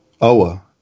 Oa